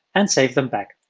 and save them back.